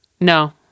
No